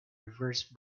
reverse